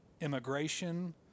Immigration